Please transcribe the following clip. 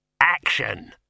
Action